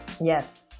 Yes